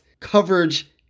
Coverage